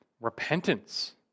repentance